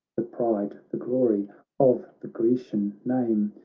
the pride, the glory of the grecian name.